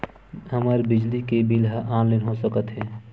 हमर बिजली के बिल ह ऑनलाइन हो सकत हे?